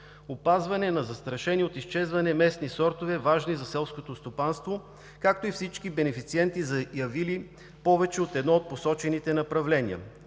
опазване на застрашени от изчезване местни сортове, важни за селското стопанство, както и всички бенефициенти, заявили повече от едно от посочените направления.